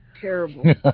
Terrible